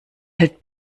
hält